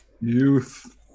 youth